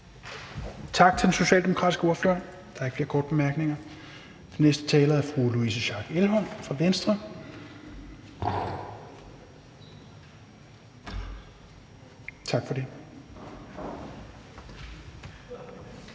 Tak til den socialdemokratiske ordfører. Der er ikke flere korte bemærkninger. Den næste taler er fru Louise Schack Elholm fra Venstre. Værsgo. Kl.